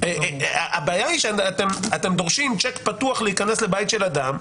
הבעיה היא שאתם דורשים צ'ק פתוח להיכנס לבית של אדם,